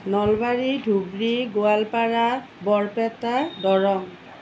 Nalbari Dhubri Goalpara Barpeta Darrang